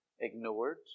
ignored